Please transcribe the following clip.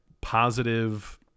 positive